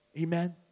Amen